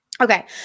Okay